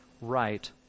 right